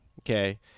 Okay